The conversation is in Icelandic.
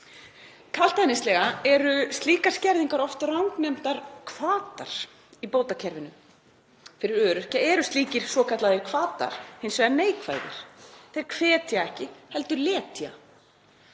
Kaldhæðnislega eru slíkar skerðingar oft rangnefndar hvatar í bótakerfinu. Fyrir öryrkja eru slíkir svokallaðir hvatar hins vegar neikvæðir, þeir hvetja ekki heldur letja.